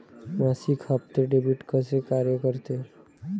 मासिक हप्ते, डेबिट कसे कार्य करते